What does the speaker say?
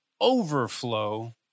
overflow